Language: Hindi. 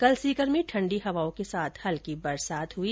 कल सीकर में ठण्डी हवाओं के साथ हल्की बरसात हुई